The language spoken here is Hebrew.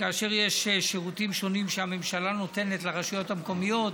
כאשר יש שירותים שהממשלה נותנת לרשויות המקומיות,